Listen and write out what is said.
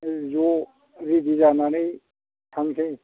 ज' रेदि जानानै थांसै